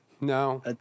no